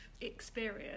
experience